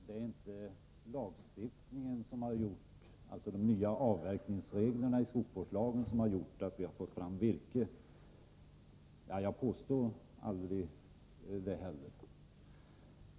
Herr talman! Sven Eric Lorentzon säger att det inte är lagstiftningen — de nya avverkningsreglerna i skogsvårdslagen — som har gjort att vi har fått fram virke. Jag påstod heller aldrig det.